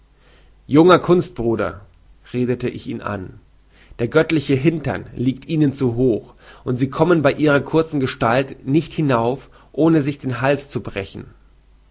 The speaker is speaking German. junger kunstbruder redete ich ihn an der göttliche hintere liegt ihnen zu hoch und sie kommen bei ihrer kurzen gestalt nicht hinauf ohne sich den hals zu brechen